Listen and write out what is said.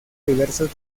diversos